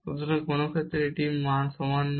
সুতরাং যে কোনও ক্ষেত্রে এটি এইটির সমান নয়